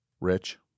Rich